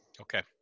Okay